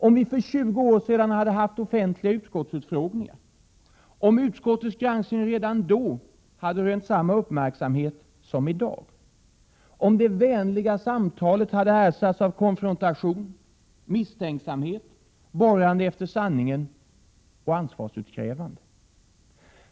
Om vi för tjugo år sedan hade haft offentliga utskottsutfrågningar? Om utskottets granskning redan då hade rönt samma uppmärksamhet som i dag? Om det vänliga samtalet hade ersatts av konfrontation, misstänksamhet, borrande efter sanningen och ansvarsutkrävande?